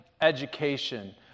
education